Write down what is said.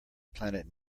planet